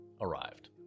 arrived